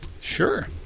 sure